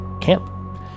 camp